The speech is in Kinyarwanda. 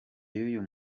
y’uyu